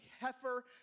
heifer